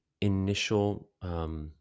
initial